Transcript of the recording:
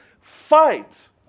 Fight